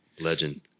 legend